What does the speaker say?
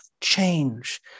change